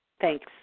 Thanks